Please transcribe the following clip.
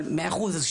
אבל מאה אחוז,